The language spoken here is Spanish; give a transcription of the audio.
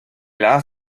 las